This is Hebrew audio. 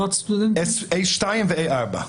א/2 ו א/4.